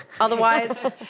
otherwise